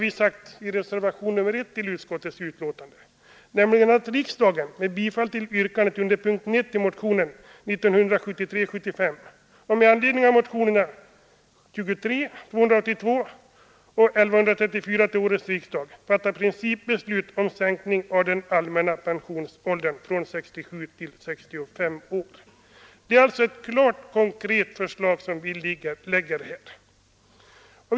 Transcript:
Vi har i reservationen I till utskottets betänkande hemställt ”att riksdagen med bifall till yrkandet under punkten 1 i motionen 1973:75 och med anledning av motionerna 1973:23, 1973:282 och 1973:1134 fattar principbeslut om sänkning av den allmänna pensionsåldern från 67 till 65 år”. Det är alltså ett klart, konkret förslag vi lägger fram.